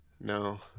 No